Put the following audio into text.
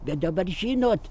bet dabar žinot